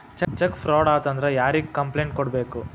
check fraud ಆತಂದ್ರ ಯಾರಿಗ್ complaint ಕೂಡ್ಬೇಕು